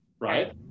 right